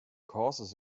causes